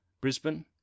Brisbane